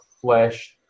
flesh